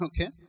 Okay